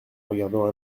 regardant